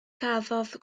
cafodd